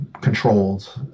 controlled